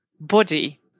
body